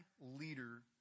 leader